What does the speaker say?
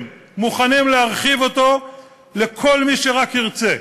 מוכנים להרחיב אותו לכל מי שרק ירצה,